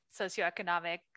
socioeconomic